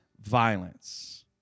violence